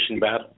battle